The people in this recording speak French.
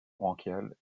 branchial